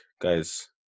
guys